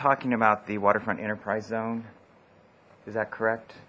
talking about the waterfront enterprise zone is that correct